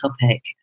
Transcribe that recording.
topic